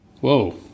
Whoa